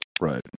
Right